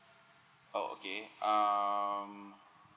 oh okay um